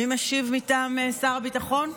מי משיב מטעם שר הביטחון?